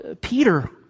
Peter